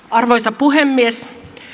arvoisa puhemies